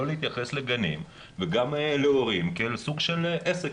לא להתייחס לגנים וגם להורים כאל סוג של עסק.